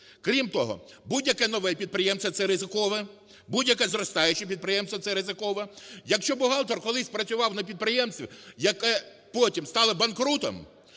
Крім того, будь-яке нове підприємство – це ризикове, будь-яке зростаюче підприємство – це ризикове. Якщо бухгалтер колись працював на підприємстві, яке потім стало банкрутом,